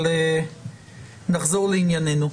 נחזור לענייננו.